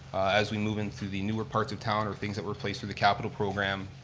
as we move into the newer parts of town or things that were replaced through the capital program,